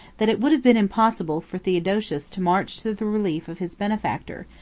that it would have been impossible for theodosius to march to the relief of his benefactor,